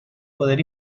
poder